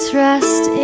trust